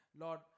Lord